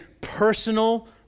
personal